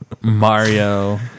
Mario